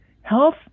Health